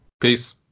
peace